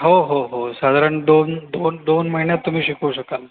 हो हो हो साधारण दोन दोन दोन महिन्यात तुम्ही शिकू शकाल